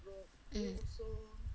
mm